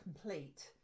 complete